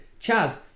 Chaz